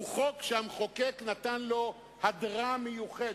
הוא חוק שהמחוקק נתן לו הדרה מיוחדת.